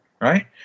right